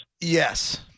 Yes